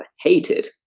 hated